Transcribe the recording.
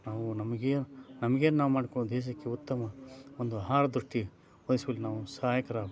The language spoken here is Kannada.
ನಾವು ನಮಗೇನು ನಮಗೆ ನಾನು ಮಾಡ್ಕೊಳೋದ್ ದೇಶಕ್ಕೆ ಉತ್ತಮ ಒಂದು ಆಹಾರ ದೃಷ್ಟಿ ವಹಿಸುವಲ್ಲಿ ನಾವು ಸಹಾಯಕರಾಗಬೇಕು